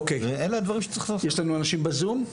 אוקי, יש לנו אנשים בזום?